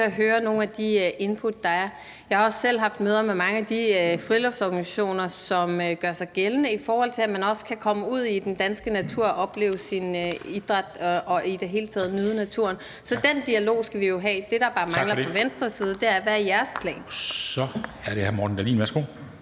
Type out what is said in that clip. at høre nogle af de input, der er. Jeg har også selv haft møder med mange af de friluftsorganisationer, som gør sig gældende i forhold til også at kunne komme ud i den danske natur og dyrke deres idræt og i det hele taget nyde naturen. Så den dialog skal vi jo have. Det, der bare mangler fra Venstres side, er, hvad der er Venstres plan. Kl. 13:19 Formanden (Henrik Dam